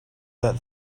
that